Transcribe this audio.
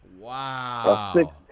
Wow